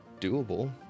doable